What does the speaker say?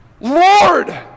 Lord